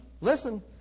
Listen